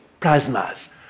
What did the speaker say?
plasmas